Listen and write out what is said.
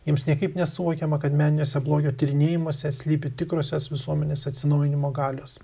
jiems niekaip nesuvokiama kad meniniuose blogio tyrinėjimuose slypi tikrosios visuomenės atsinaujinimo galios